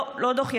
לא דוח אחד,